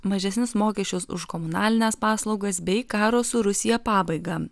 mažesnius mokesčius už komunalines paslaugas bei karo su rusija pabaigą